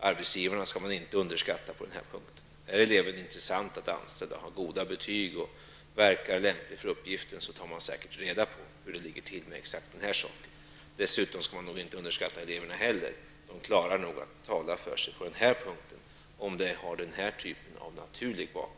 Arbetsgivaren skall man inte underskatta på den punkten. När eleven är intressant att anställa, har goda betyg och verkar lämplig för uppgiften, tar arbetsgivaren säkert reda på hur det ligger till. Dessutom skall man inte underskatta eleverna heller, de kan tala för sig om frånvaron har en naturlig orsak.